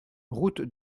route